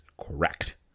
correct